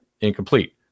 incomplete